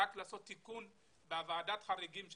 רק לעשות תיקון בוועדת החריגים.